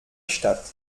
statt